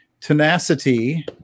tenacity